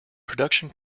production